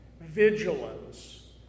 vigilance